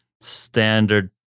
standard